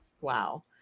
Wow